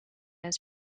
his